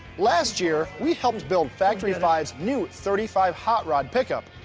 last year we helped build factory five's new thirty five hot rod pickup,